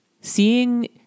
seeing